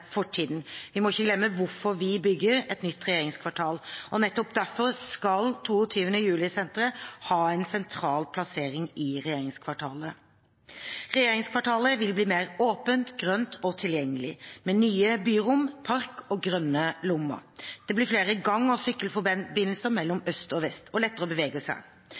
vi selvsagt ikke glemme fortiden. Vi må ikke glemme hvorfor vi bygger et nytt regjeringskvartal. Nettopp derfor skal 22. juli-senteret ha en sentral plassering i regjeringskvartalet. Regjeringskvartalet vil bli mer åpent, grønt og tilgjengelig, med nye byrom, park og grønne lommer. Det blir flere gang- og sykkelforbindelser mellom øst og vest, og lettere å bevege seg.